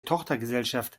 tochtergesellschaft